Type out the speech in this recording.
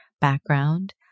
background